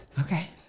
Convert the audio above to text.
okay